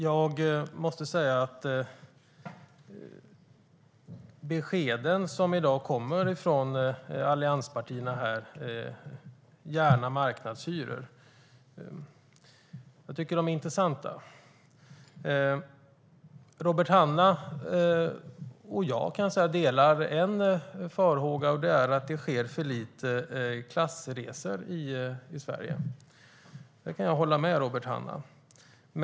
Jag måste säga att de besked som i dag kommer från allianspartierna - gärna marknadshyror - är intressanta. Robert Hannah och jag delar en farhåga, och det är att det sker för lite klassresor i Sverige. Det kan jag hålla med Robert Hannah om.